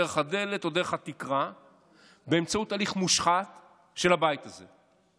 דרך הדלת או דרך התקרה באמצעות הליך מושחת של הבית הזה.